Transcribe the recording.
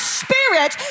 spirit